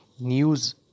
news